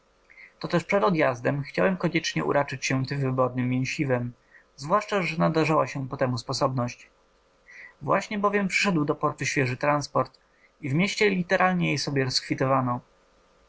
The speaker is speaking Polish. to też przed odjazdem chciałem koniecznie uraczyć się tem wybornem mięsem zwłaszcza że nadarzała się po temu sposobność właśnie bowiem przyszedł do portu świeży transport i w mieście literalnie je sobie